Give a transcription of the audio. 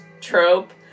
trope